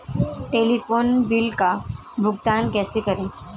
Telephone bill का भुगतान कैसे करें?